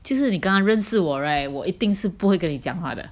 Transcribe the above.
就是你刚认识我 right 我一定是不会跟你讲话的